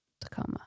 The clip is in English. Tacoma